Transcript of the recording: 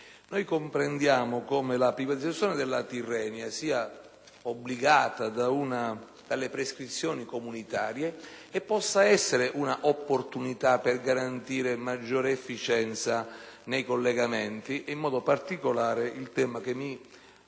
Comprendiamo che la privatizzazione della Tirrenia sia obbligata dalle prescrizioni comunitarie e che possa essere un'opportunità per garantire maggiore efficienza nei collegamenti. In modo particolare, il tema che mi